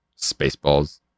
Spaceballs